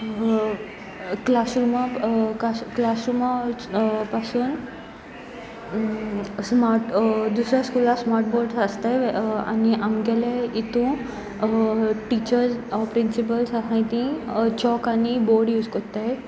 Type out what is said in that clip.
क्लासरुमा क्लासरुमा पासून स्मार्ट दुसऱ्या स्कुलाक स्मार्ट बोर्ड्स आसताय आनी आमगेले इितून टिचर्स प्रिंसिपल्स आहाय तीं चॉक आनी बोर्ड यूज करत्ताय